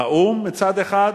האו"ם מצד אחד,